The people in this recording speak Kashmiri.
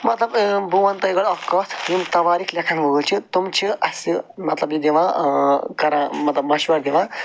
مطلب بہٕ وَنہٕ تَۄہہِ گۄڈٕ اَکھ کَتھ یِم تواریٖخ لٮ۪کھَن وٲلۍ چھِ تِم چھِ اَسہِ مطلب یہِ دِوان کران مطلب مشوَر دِوان